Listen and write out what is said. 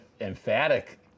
Emphatic